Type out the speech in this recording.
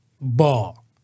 ball